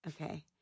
Okay